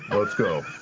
let's go.